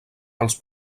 als